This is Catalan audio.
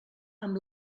amb